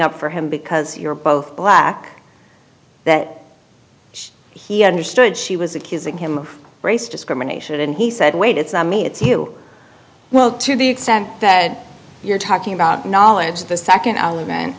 up for him because you're both black that he understood she was accusing him of race discrimination and he said wait it's not me it's you well to the extent that you're talking about knowledge the second